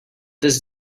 this